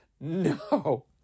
no